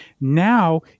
Now